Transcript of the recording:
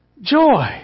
Joy